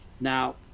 Now